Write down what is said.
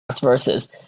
versus